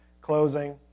closing